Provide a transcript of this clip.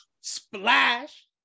Splash